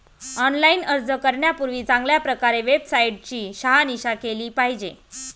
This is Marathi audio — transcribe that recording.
ऑनलाइन अर्ज करण्यापूर्वी चांगल्या प्रकारे वेबसाईट ची शहानिशा केली पाहिजे